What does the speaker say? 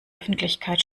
öffentlichkeit